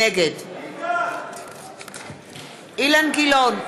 נגד אילן גילאון,